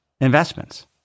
investments